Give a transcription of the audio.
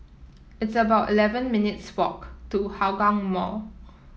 it's about eleven minutes' walk to Hougang Mall